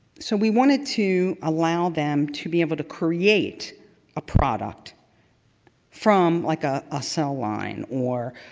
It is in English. so we wanted to allow them to be able to create a product from like a ah cell line or